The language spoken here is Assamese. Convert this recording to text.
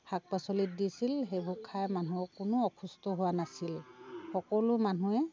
শাক পাচলিত দিছিল সেইবোৰ খাই মানুহৰ কোনো অসুস্থ হোৱা নাছিল সকলো মানুহে